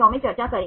क्या side chain है